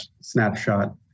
snapshot